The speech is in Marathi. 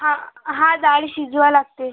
हा हा डाळ शिजवावी लागते